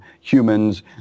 humans